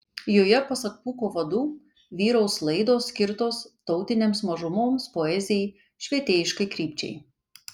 joje pasak pūko vadų vyraus laidos skirtos tautinėms mažumoms poezijai švietėjiškai krypčiai